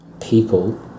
people